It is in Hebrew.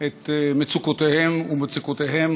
את מצוקותיהם